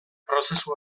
prozesu